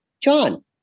John